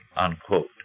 unquote